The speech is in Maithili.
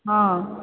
हॅं